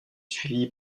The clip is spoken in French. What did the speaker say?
suivi